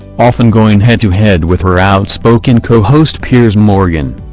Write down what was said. often going head-to-head with her outspoken co-host piers morgan.